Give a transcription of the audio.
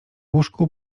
łóżku